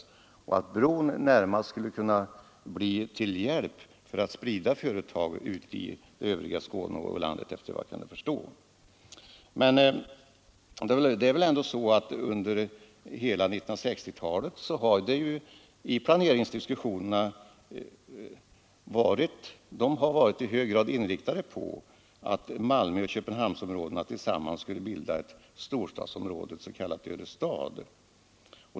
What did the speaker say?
Han menade såvitt jag kunde förstå att bron skulle bli till hjälp att sprida företag till övriga Skåne och till landet i övrigt. Men planeringsdiskussionerna under hela 1960-talet har ju varit inriktade på att Malmöoch Köpenhamnsområdena tillsammans skulle bilda ett storstadsområde, kallat Örestad.